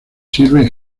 sirve